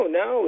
no